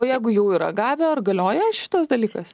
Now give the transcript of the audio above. o jeigu jau yra gavę ar galioja šitas dalykas